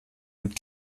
mit